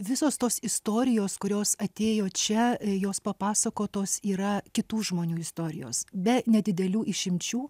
visos tos istorijos kurios atėjo čia jos papasakotos yra kitų žmonių istorijos be nedidelių išimčių